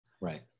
Right